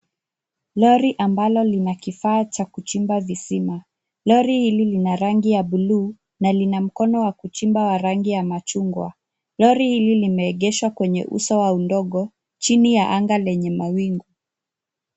Lori ambalo linakifaa cha kuchimba visima. Lori hili lina rangi ya blue na lina mkono wa kuchimba wa rangi ya machungwa. Lori hili limeegeshwa kwenye uso wa udogo chini ya anga lenye mawingu.